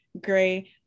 great